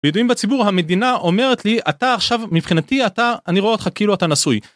בידועים בציבור המדינה אומרת לי אתה עכשיו מבחינתי אתה אני רואה אותך כאילו אתה נשוי